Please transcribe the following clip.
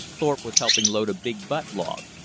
thorpe was helping load a big butt log.